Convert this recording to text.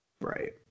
Right